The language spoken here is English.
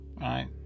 Right